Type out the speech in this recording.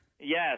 Yes